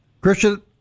Christian